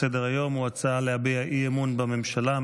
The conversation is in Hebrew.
הצעת חוק הביטוח הלאומי (תיקון,